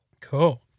Cool